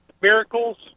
miracles